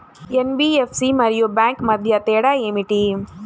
NBFC మరియు bank మధ్య తేడా ఏమిటి?